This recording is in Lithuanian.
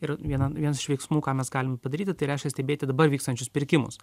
ir vieną vienas iš veiksmų ką mes galim padaryti tai reiškia stebėti dabar vykstančius pirkimus